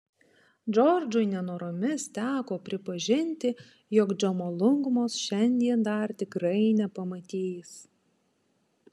džordžui nenoromis teko pripažinti jog džomolungmos šiandien dar tikrai nepamatys